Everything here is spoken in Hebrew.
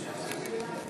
תוצאות ההצבעה